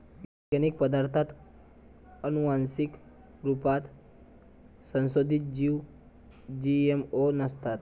organic पदार्ताथ आनुवान्सिक रुपात संसोधीत जीव जी.एम.ओ नसतात